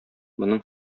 моның